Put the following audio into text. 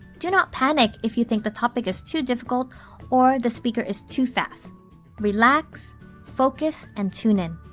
do not panic if you think the topic is too difficult or the speaker is too fast relax focus and tune in.